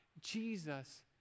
Jesus